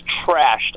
trashed